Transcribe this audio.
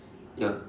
ya